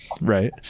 right